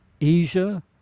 Asia